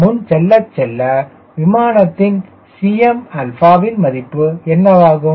c முன் செல்லச்செல்ல விமானத்தின் Cm வின் மதிப்பு என்னவாகும்